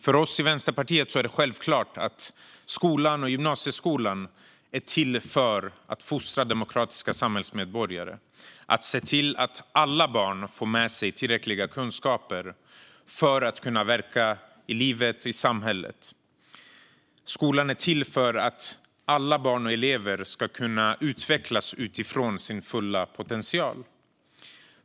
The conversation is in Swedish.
För oss i Vänsterpartiet är det självklart att skolan, även gymnasieskolan, är till för att fostra demokratiska samhällsmedborgare och se till att alla barn får med sig tillräckliga kunskaper för att kunna verka i livet och i samhället. Skolan är till för att alla barn och elever ska kunna utvecklas utifrån sin fulla potential.